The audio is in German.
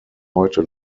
heute